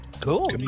Cool